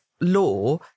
law